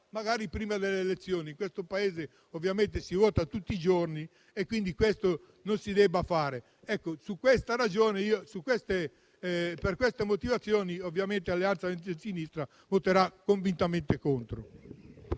magari prima delle elezioni. In questo Paese si vota tutti i giorni e credo che questo non si debba fare. Per queste motivazioni, il Gruppo Alleanza Verdi e Sinistra voterà convintamente contro